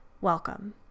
Welcome